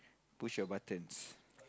push your buttons